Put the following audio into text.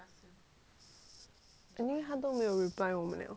anyway 他都没有 reply 我们了